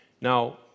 Now